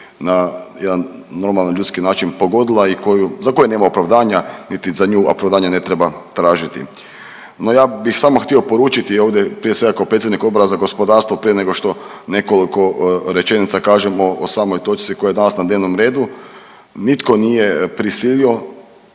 na jedna normalan ljudski način pogodila i koju, za koju nema opravdanja, niti za nju opravdanja ne treba tražiti. No, ja bih samo htio poručiti ovdje prije svega ko predsjednik Odbora za gospodarstvo prije nego što nekoliko rečenica kažemo o samoj točci koja je danas na dnevnom redu. Nitko nije prisilo